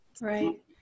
Right